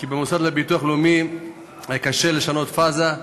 כי במוסד לביטוח לאומי היה קשה לשנות פאזה.